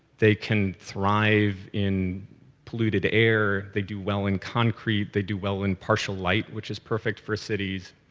they can thrive in polluted air. they do well in concrete. they do well in partial light, which is perfect for cities.